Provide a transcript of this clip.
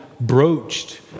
broached